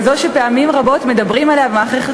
כזאת שפעמים רבות מדברים עליה במערכת